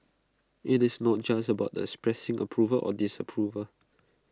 IT is not just about expressing approval or disapproval